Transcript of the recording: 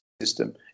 system